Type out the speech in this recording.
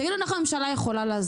תגיד לנו אם אנחנו יכולים לעזור.